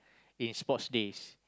in sports days